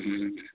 हम्म